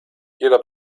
jeder